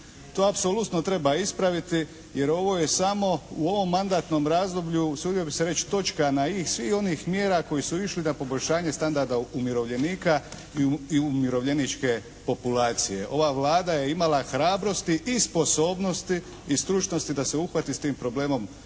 To apsolutno treba ispraviti jer ovo je samo u ovom mandatnom razdoblju usudio bih se reći točka na i svih onih mjera koje su išle na poboljšanje standarda umirovljenika i umirovljeničke populacije. Ova Vlada je imala hrabrosti i sposobnosti i stručnosti da se uhvati s tim problemom